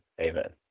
amen